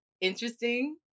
interesting